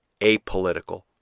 apolitical